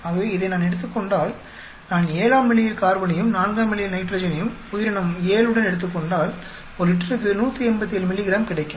ஆகவே இதை நான் எடுத்துக் கொண்டால் நான் 7 ஆம் நிலையில் கார்பனையும் 4 ஆம் நிலையில் நைட்ரஜனையும் உயிரினம் 7 உடன் எடுத்துக்கொண்டால் ஒரு லிட்டருக்கு 187 மில்லிகிராம் கிடைக்கும்